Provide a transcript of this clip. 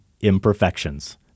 imperfections